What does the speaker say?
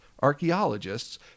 archaeologists